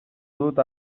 dut